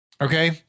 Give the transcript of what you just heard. Okay